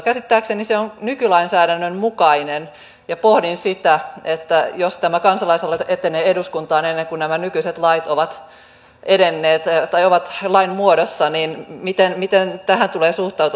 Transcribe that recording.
käsittääkseni se on nykylainsäädännön mukainen ja pohdin sitä että jos tämä kansalaisaloite etenee eduskuntaan ennen kuin nämä nykyiset lait ovat lain muodossa niin miten tähän tulee suhtautua